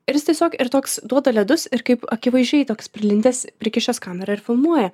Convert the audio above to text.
ir jis tiesiog ir toks duoda ledus ir kaip akivaizdžiai toks prilindęs prikišęs kamerą ir filmuoja